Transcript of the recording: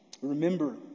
Remember